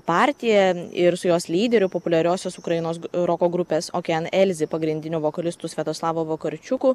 partija ir su jos lyderių populiariosios ukrainos roko grupės okean elzi pagrindiniu vokalistu sviatoslavu vakarčiuku